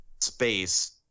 space